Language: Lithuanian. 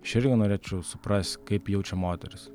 aš irgi norėčiau suprast kaip jaučia moteris